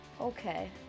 Okay